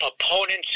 opponents